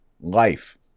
life